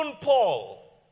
Paul